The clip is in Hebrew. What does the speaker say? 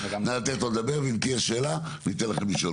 נא לתת לו לדבר ואם תהיה שאלה ניתן לכם לשאול.